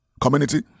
community